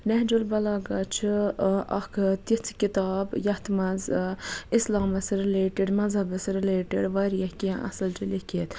نہجُ البَلاغہ چھُ اکھ تِژھ کِتاب یَتھ مَنٛز اِسلامَس رِلیٹِڈ مَذہَبَس رِلیٹِڈ واریاہ کینٛہہ اصل چھُ لیٚکھِتھ